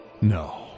No